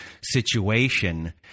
situation